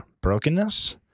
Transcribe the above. brokenness